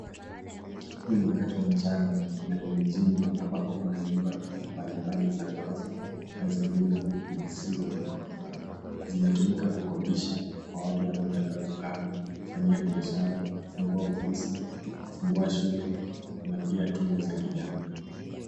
Huu ni wakati wa mchana na ni mjini ambapo kuna nyumba mbali mbali za ghorofa, na zingine fupi zisizo za ghorofa. Zinatumika kukodisha kwa watu wanaotaka kukaa, kufanyia biashara, kufungua ofisi, kufungua shule, na pia tume za kijamii.